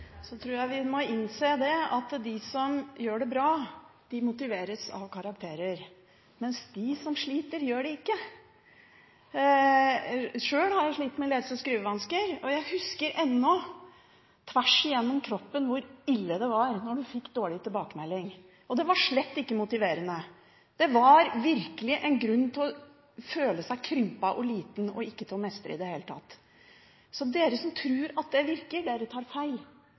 Jeg tror vi må innse at de som gjør det bra, motiveres av karakterer, mens de som sliter, ikke gjør det. Sjøl har jeg slitt med lese- og skrivevansker, og jeg husker ennå tvers igjennom kroppen hvor ille det var når jeg fikk dårlig tilbakemelding. Det var slett ikke motiverende, det var virkelig en grunn til å føle seg krympet og liten – ikke å mestre i det hele tatt. Så dere som tror at det virker, dere tar feil.